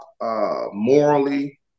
morally